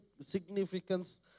significance